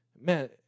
man